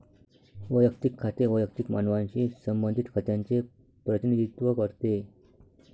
वैयक्तिक खाते वैयक्तिक मानवांशी संबंधित खात्यांचे प्रतिनिधित्व करते